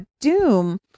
Doom